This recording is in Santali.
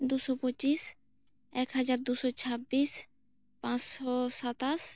ᱫᱩ ᱥᱚ ᱯᱚᱪᱤᱥ ᱮᱠ ᱦᱟᱡᱟᱨ ᱫᱩ ᱥᱚ ᱪᱷᱟᱵᱽᱵᱤᱥ ᱯᱟᱸᱪ ᱥᱚ ᱥᱟᱛᱟᱥ